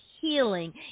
healing